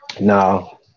No